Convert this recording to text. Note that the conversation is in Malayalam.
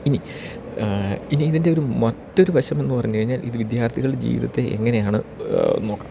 ഇനി ഇനി ഇതിൻ്റെ ഒരു മറ്റൊരു വശമെന്ന് പറഞ്ഞ് കഴിഞ്ഞാൽ ഇത് വിദ്യാർത്ഥികൾ ജീവിതത്തെ എങ്ങനെയാണ് നോക്കാം